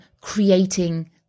creating